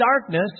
darkness